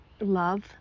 Love